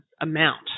amount